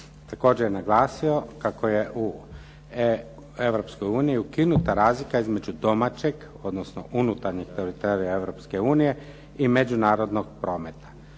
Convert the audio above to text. Također je naglasio kako je u Europskoj uniji ukinuta razlika između domaćeg, odnosno unutarnjeg teritorija Europske unije i međunarodnog prometa.